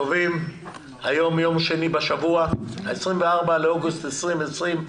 היום יום שני בשבוע, 24 באוגוסט 2020,